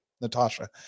Natasha